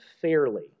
fairly